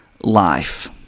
life